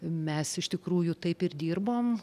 mes iš tikrųjų taip ir dirbom